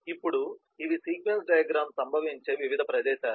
ఇప్పుడు ఇవి sequence diagram సంభవించే వివిధ ప్రదేశాలు